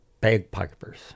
bagpipers